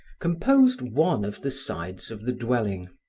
composed one of the sides of the dwelling.